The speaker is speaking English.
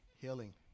healing